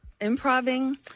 Improving